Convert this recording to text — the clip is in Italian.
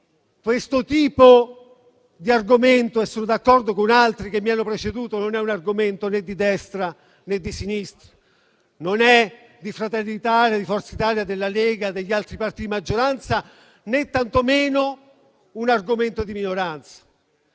questo tipo di argomento non è di destra o di sinistra, di Fratelli d'Italia, di Forza Italia, della Lega o degli altri partiti di maggioranza, né, tantomeno, un argomento di minoranza.